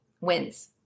wins